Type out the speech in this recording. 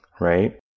right